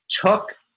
took